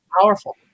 powerful